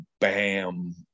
bam